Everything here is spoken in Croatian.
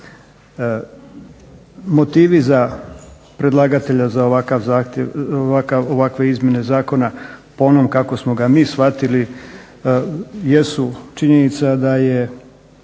Motivi za predlagatelja za ovakve izmjene zakona po onom kako smo ga mi shvatili jesu činjenica da